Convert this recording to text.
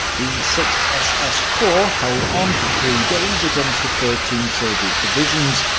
the sixth ss corps held on for three days against the thirteen soviet divisions,